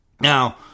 Now